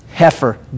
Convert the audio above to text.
Heifer